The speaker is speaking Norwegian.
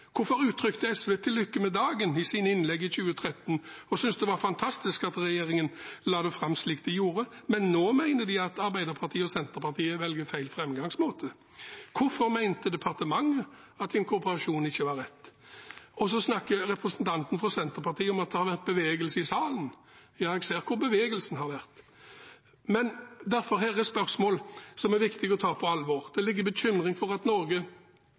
Hvorfor uttrykte SV et til lykke med dagen i sine innlegg i 2013, og syntes det var fantastisk at regjeringen la det fram slik de gjorde? Nå mener de at Arbeiderpartiet og Senterpartiet velger feil framgangsmåte. Hvorfor mente departementet at inkorporasjon ikke var rett? Og så snakker representanten fra Senterpartiet om at det har vært bevegelse i salen. Ja, jeg ser hvor bevegelsen har vært. Derfor er dette spørsmål som er viktig å ta på alvor. Det ligger bekymring for at Norge